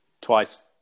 twice